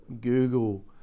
Google